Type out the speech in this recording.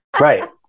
Right